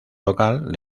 local